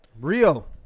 Rio